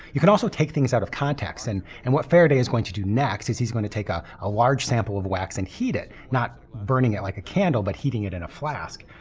you can also take things out of context and and what faraday is going to do next is he's going to take ah a large sample of wax and heat it, not burning it like a candle but heating it in a flask.